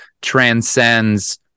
transcends